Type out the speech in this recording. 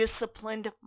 disciplined